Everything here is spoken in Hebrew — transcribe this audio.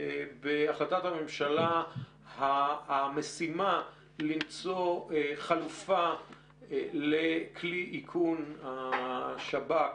בהחלטת הממשלה המשימה למצוא חלופה לכלי איכון השב"כ